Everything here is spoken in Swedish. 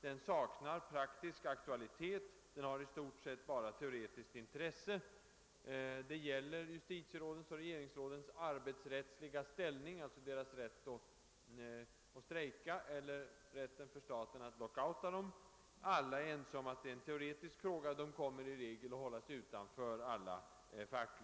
Oenigheten gäller alltså justitierådens och regeringsrådens arbetsrättsliga ställning, d.v.s. deras rätt att strejka och statens rätt att tillgripa lockout mot dem. Jag skall inte gå in på de tekniska detaljerna; jag skall bara be att få kon statera tre saker.